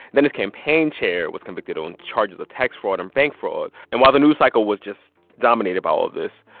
then his campaign chair was convicted on charges of tax fraud and bank fraud. and while the news cycle was just dominated by all of this,